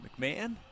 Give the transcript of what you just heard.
McMahon